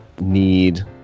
need